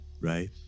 right